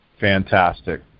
Fantastic